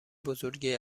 بزرگی